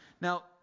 Now